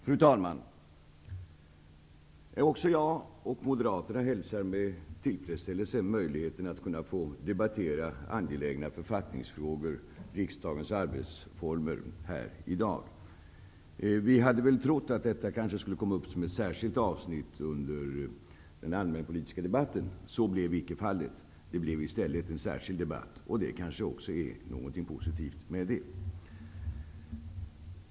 Fru talman! Också jag och Moderaterna hälsar med tillfredsställelse möjligheten att få debattera angelägna författningsfrågor, riksdagens arbetsformer, här i dag. Vi hade väl trott att detta ämne skulle tas upp som ett särskilt avsnitt under den allmänpolitiska debatten. Så blev icke fallet. I stället blev det en särskild debatt, och det finns kanske något positivt i det.